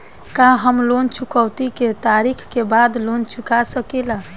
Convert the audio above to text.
का हम लोन चुकौती के तारीख के बाद लोन चूका सकेला?